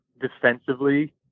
defensively